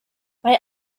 mae